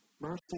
Mercy